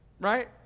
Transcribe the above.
right